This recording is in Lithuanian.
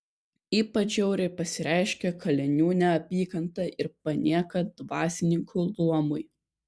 ypač žiauriai pasireiškė kalinių neapykanta ir panieka dvasininkų luomui